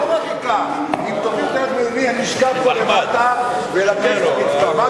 אני לא רק אקח, אני אשכב פה למטה ואלקק את הרצפה.